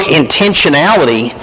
intentionality